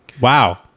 Wow